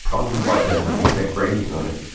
probably why it has the vtech branding on it.